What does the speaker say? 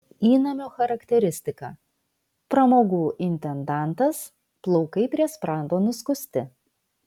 įnamio charakteristika pramogų intendantas plaukai prie sprando nuskusti